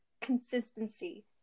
consistency